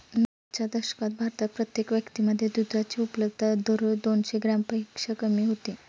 नव्वदच्या दशकात भारतात प्रत्येक व्यक्तीमागे दुधाची उपलब्धता दररोज दोनशे ग्रॅमपेक्षा कमी होती